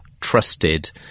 trusted